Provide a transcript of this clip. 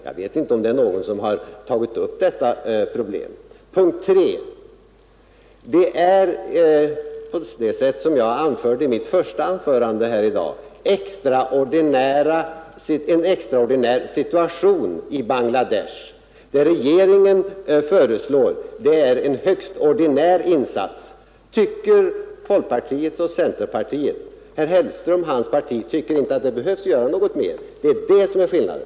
Jag vet inte om det är någon som har tagit upp detta problem. Punkt 3: Det är, som jag anförde i mitt första anförande här i dag, en extraordinär situation i Bangladesh. Vad regeringen föreslår är en högst ordinär insats, tycker folkpartiet och centerpartiet. Herr Hellström och hans parti tycker inte att det behöver göras något mer. Det är det som är skillnaden.